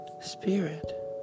spirit